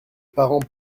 parents